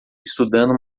estudando